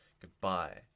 Goodbye